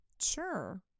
Sure